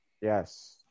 Yes